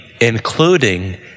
including